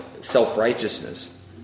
self-righteousness